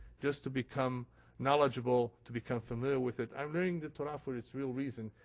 just to become knowledgeable, to become familiar with it. i'm learning the torah for its real reason.